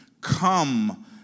Come